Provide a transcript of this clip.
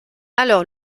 alors